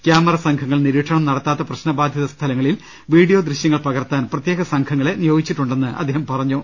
camera സംഘങ്ങൾ നിരീക്ഷണം നടത്താത്ത പ്രശ്ന ബാധിത സ്ഥലങ്ങളിൽ വീഡിയോ ദൃശ്യങ്ങൾ പകർത്താൻ പ്രത്യേക സംഘങ്ങളെ നിയോഗിച്ചിട്ടുണ്ടെന്ന് അദ്ദേഹം പറഞ്ഞു